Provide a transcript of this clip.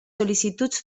sol·licituds